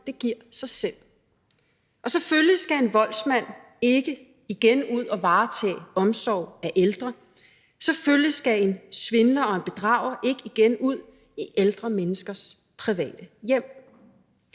det giver sig selv. Selvfølgelig skal en voldsmand ikke igen ud at varetage omsorg af ældre, og selvfølgelig skal en svindler og en bedrager ikke igen ud i ældre menneskers private hjem.